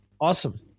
Awesome